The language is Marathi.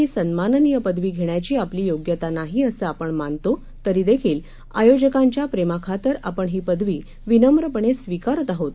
ही सन्माननीय पदवी धेण्याची आपली योग्यता नाही असं आपण मानतो तरी देखील आयोजकांच्या प्रेमाखातर आपण ही पदवी विनम्रपणे स्वीकारत आहोत